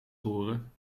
roeren